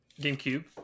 GameCube